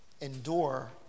endure